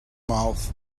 mouth